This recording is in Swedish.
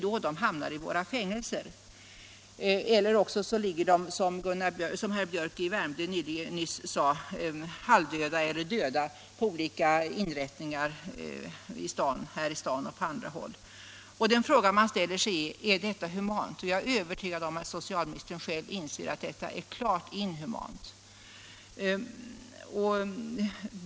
Då hamnar de i våra fängelser, eller också ligger de — som herr Biörck i Värmdö nyss sade — halvdöda eller döda på olika inrättningar här i staden eller på andra håll. Den fråga man ställer sig lyder: Är detta humant? Jag är övertygad om att socialministern själv inser att detta är klart inhumant.